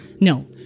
No